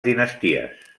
dinasties